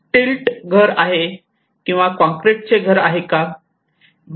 stilt घर आहे किंवा काँक्रीट चे घर आहे का